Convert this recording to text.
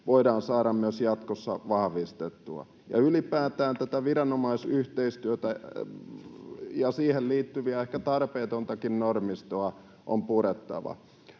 voidaan saada myös jatkossa vahvistettua. Ylipäätään viranomaisyhteistyötä ja siihen liittyvää ehkä tarpeetontakin normistoa on purettava.